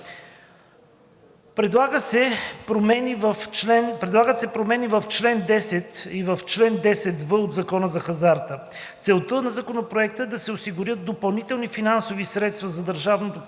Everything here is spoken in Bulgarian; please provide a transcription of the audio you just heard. Предлагат се промени в чл. 10 и чл. 10в от Закона за хазарта. Целта на Законопроекта е да се осигурят допълнителни финансови средства за Държавно